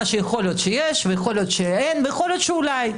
שיכול להיות שיש ואולי אין ויכול להיות שאולי.